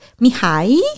Mihai